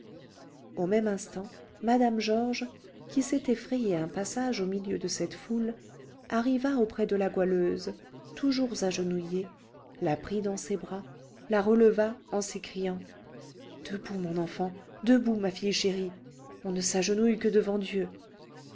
au même instant mme georges qui s'était frayé un passage au milieu de cette foule arriva auprès de la goualeuse toujours agenouillée la prit dans ses bras la releva en s'écriant debout mon enfant debout ma fille chérie on ne s'agenouille que devant dieu